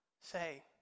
say